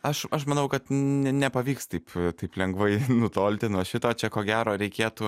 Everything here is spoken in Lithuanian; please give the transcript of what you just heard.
aš aš manau kad ne nepavyks taip taip lengvai nutolti nuo šito čia ko gero reikėtų